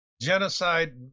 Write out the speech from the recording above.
genocide